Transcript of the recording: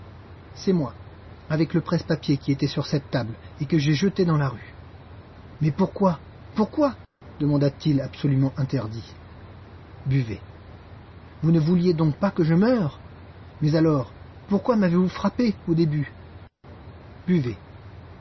c'est moi avec le presse papier qui était sur cette table et que j'ai jeté dans la rue mais pourquoi pourquoi demanda-t-il absolument interdit buvez mais vous ne vouliez donc pas que je meure mais alors pourquoi m'avez-vous frappé au début buvez